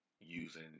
using